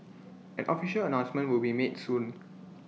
an official announcement would be made soon